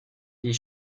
des